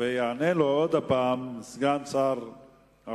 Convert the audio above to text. שמספרה 447. יענה לו שוב סגן שר האוצר,